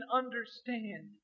understand